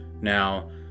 Now